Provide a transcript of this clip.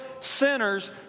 sinners